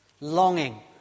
longing